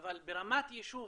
אבל ברמת יישוב,